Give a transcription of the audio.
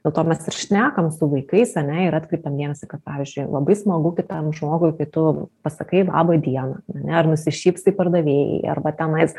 dėl to mes ir šnekam su vaikais ane ir atkreipiam jiems kad pavyzdžiui labai smagu kitam žmogui kai tu pasakai laba diena ane ar nusišypsai pardavėjai arba tenais